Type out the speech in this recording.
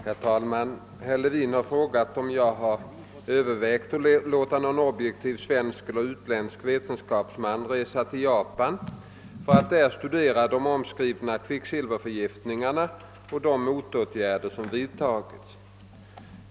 Herr talman! Herr Levin har frågat, om jag har övervägt att låta någon objektiv svensk eller utländsk vetenskapsman resa till Japan för att där studera de omskrivna kvicksilverförgiftningarna och de motåtgärder som vidtagits.